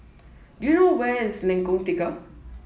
do you know where is Lengkong Tiga